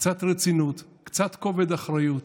קצת רצינות, קצת כובד אחריות.